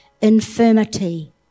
infirmity